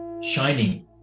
shining